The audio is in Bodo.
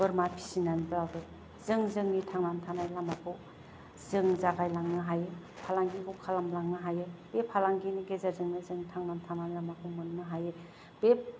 बोरमा फिसिनानैब्लाबो जों जोंनि थांनानै थानायनि लामाखौ जों जागायलांनो हायो फालांगिखौ खालामलांनो हायो बे फालांगिनि गेजेरजोंनो जों थांनानै थानायनि लामाखौ मोननो हायो बे